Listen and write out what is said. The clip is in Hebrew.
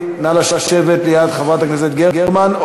נא לשבת ליד חברת הכנסת גרמן,